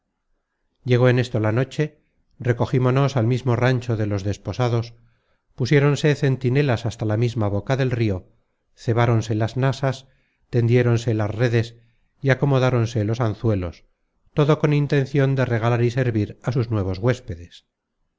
llegó en esto la noche recogímonos al mismo rancho de los desposados pusiéronse centinelas hasta la misma boca del rio cebáronse las nasas tendiéronse las redes y acomodáronse los anzuelos todo con intencion de regalar y servir a sus nuevos huéspedes